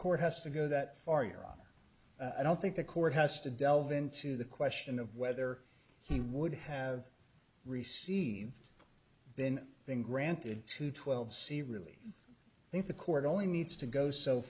court has to go that far euro i don't think the court has to delve into the question of whether he would have received been been granted to twelve c really think the court only needs to go so